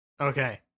Okay